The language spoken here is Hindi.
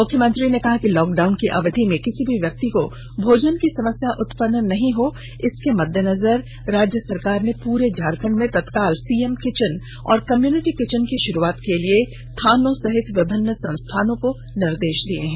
मुख्यमंत्री ने कहा कि लॉकडाउन की अवधि में किसी भी व्यक्ति को भोजन की समस्या उत्पन्न नही हो इसको मददेनजर रखते हए राज्य सरकार ने पूरे झारखंड में तत्काल सीएम किचन और कम्युनिटी किचन की शुरुआत के लिए थानों सहित विभिन्न संस्थानों को निर्देश दिए हैं